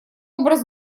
образ